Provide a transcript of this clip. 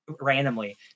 randomly